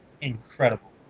incredible